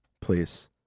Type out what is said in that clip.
please